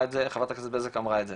חברת הכנסת בזק אמרה את זה,